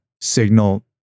signal